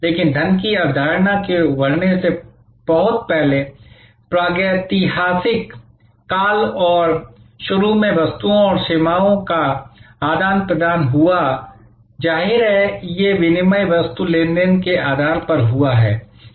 लेकिन धन की अवधारणा के उभरने से बहुत पहले प्रागैतिहासिक काल और शुरू में वस्तुओं और सेवाओं का आदान प्रदान हुआ जाहिर है ये विनिमय वस्तु लेन देन के आधार पर हुआ है